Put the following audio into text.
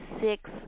six